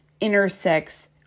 Intersects